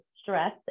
stress